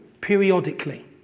periodically